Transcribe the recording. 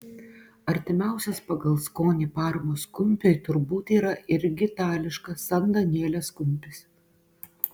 artimiausias pagal skonį parmos kumpiui turbūt yra irgi itališkas san danielės kumpis